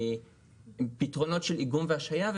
פתרונות של איגום והשהייה,